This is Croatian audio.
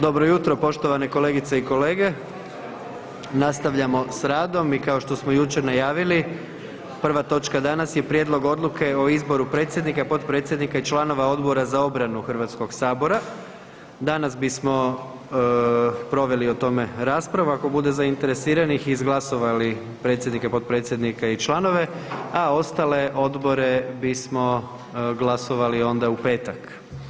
Dobro jutro poštovane kolegice i kolege, nastavljamo s radom i kao što smo jučer najavili prva točka danas je: - Prijedlog Odluke o izboru predsjednika, potpredsjednika i članova Odbora za obranu Hrvatskog sabora Danas bismo proveli o tome raspravu ako bude zainteresirani i izglasovali predsjednika, potpredsjednika i članove, a ostale odbore bismo glasovali onda u petak.